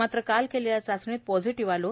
मात्र काल केलेल्या चाचणीत पॉझिटिव्ह आलो